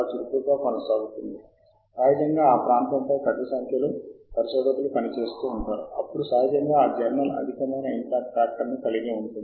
ఈ పోర్టల్ను ఉపయోగిస్తున్న మన తోటివారు మనకి తెలియజేయడానికి ఏదైనా ఉందా అని తెలుసుకోటానికి మీరు సెర్చ్ ఇంజన్ సామర్థ్యాలను కూడా ఉపయోగించవచ్చు